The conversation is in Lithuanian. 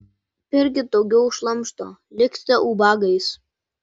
pirkit daugiau šlamšto liksite ubagais